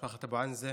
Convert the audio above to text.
משפחת אבו ענזה.